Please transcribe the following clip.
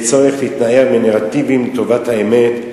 יש צורך להתנער מנרטיבים לטובת האמת,